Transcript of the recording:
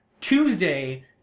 Tuesday